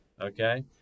Okay